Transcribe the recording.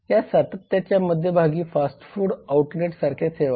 या सातत्याच्या मध्यभागी फास्ट फूड आउटलेटसारख्या सेवा आहेत